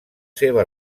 seva